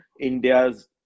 India's